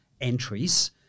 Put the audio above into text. entries